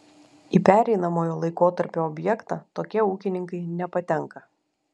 į pereinamojo laikotarpio objektą tokie ūkininkai nepatenka